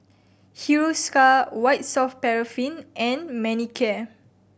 Hiruscar White Soft Paraffin and Manicare